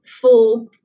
full